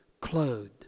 clothed